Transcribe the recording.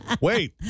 Wait